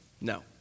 No